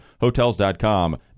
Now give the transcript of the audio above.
Hotels.com